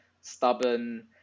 stubborn